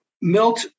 Milt